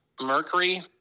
Mercury